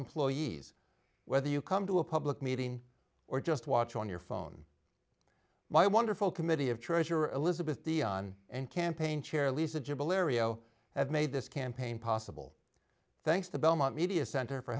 employees whether you come to a public meeting or just watch on your phone my wonderful committee of treasurer elizabeth dionne and campaign chair lisa jubal aereo have made this campaign possible thanks to belmont media center for